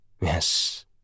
Yes